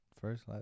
first